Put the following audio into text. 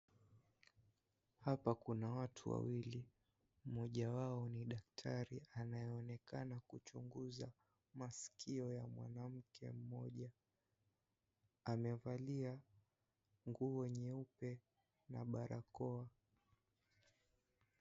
Hapa kuna watu wawili. Moja wao ni daktari anayeonekana kuchunguza maskio ya mwanamke mmoja. Amevalia nguo nyeupe na barakoa.